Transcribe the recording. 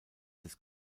des